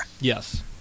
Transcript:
Yes